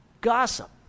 Gossip